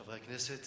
חבר הכנסת